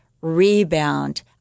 rebound